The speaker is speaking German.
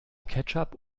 ketchup